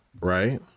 right